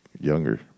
younger